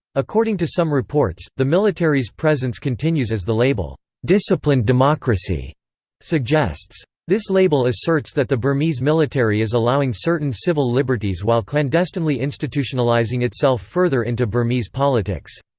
according to some reports, the military's presence continues as the label disciplined democracy suggests. this label asserts that the burmese military is allowing certain civil liberties while clandestinely institutionalising itself further into burmese politics.